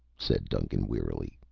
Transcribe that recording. said duncan wearily.